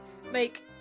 make